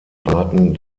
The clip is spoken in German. arten